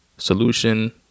Solution